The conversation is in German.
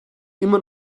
immer